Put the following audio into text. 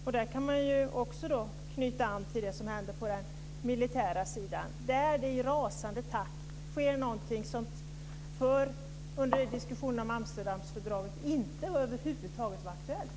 Och där kan man också knyta an till det som händer på den militära sidan, där det i rasande takt sker någonting som under diskussionerna om Amsterdamfördraget över huvud taget inte var aktuellt.